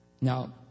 Now